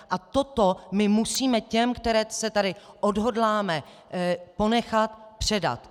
A toto my musíme těm, které se tady odhodláme ponechat, předat.